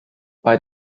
bei